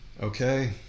Okay